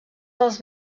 dels